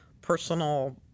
personal